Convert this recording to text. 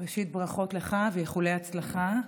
ראשית ברכות לך ואיחולי הצלחה.